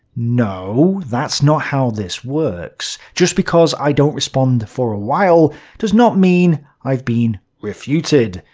no. that's not how this works. just because i don't respond for a while does not mean i've been refuted.